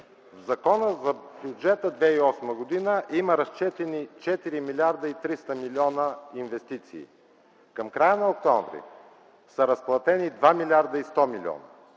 Закона за бюджета 2008 г. има разчетени 4 млрд. 300 млн. инвестиции. Към края на м. октомври са разплатени 2 млрд. и 100 млн.